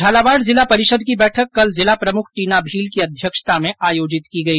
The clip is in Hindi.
झालावाड़ जिला परिषद की बैठक कल जिला प्रमुख टीना भील की अध्यक्षता में आयोजित की गई